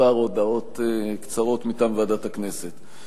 כמה הודעות קצרות מטעם ועדת הכנסת: